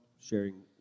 Sharing